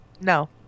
No